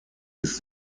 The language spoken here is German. ist